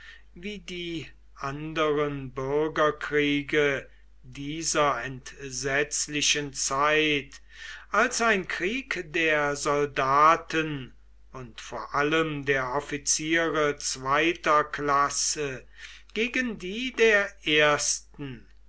wie die anderen bürgerkriege dieser entsetzlichen zeit als ein krieg der soldaten und vor allem der offiziere zweiter klasse gegen die der ersten